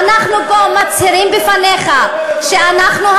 ואנחנו פה מצהירים בפניך שאנחנו,